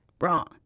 Wrong